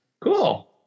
Cool